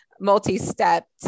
multi-step